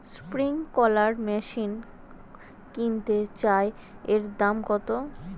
Sprinkler machine কিনতে চাই এর দাম কত?